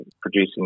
producing